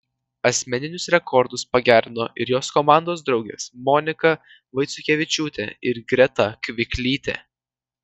asmeninius rekordus pagerino ir jos komandos draugės monika vaiciukevičiūtė ir greta kviklytė